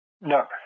No